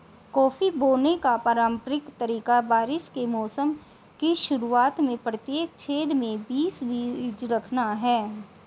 coffee बोने का पारंपरिक तरीका बारिश के मौसम की शुरुआत में प्रत्येक छेद में बीस बीज रखना है